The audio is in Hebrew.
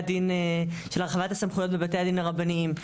של הרחבת הסמכויות בבתי הדין הרבניים,